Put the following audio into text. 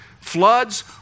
Floods